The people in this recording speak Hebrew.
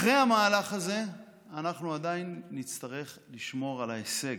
אחרי המהלך הזה אנחנו עדיין נצטרך לשמור על ההישג,